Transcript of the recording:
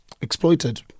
exploited